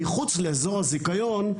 מחוץ לאזור הזיכיון,